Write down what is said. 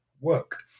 work